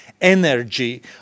energy